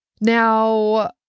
Now